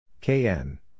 KN